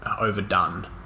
overdone